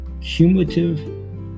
cumulative